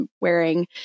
wearing